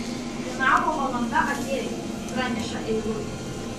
finalo valanda atėjo praneša eilutė